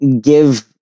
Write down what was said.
give